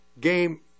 game